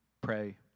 pray